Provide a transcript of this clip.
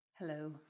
Hello